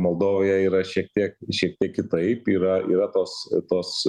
moldovoje yra šiek tiek šiek tiek kitaip yra yra tos tos